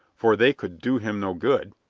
for they could do him no good?